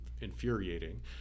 infuriating